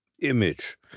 image